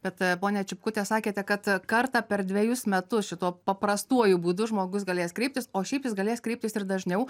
bet ponia čipkute sakėte kad kartą per dvejus metus šituo paprastuoju būdu žmogus galės kreiptis o šiaip jis galės kreiptis ir dažniau